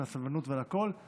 על הסבלנות ועל הכול.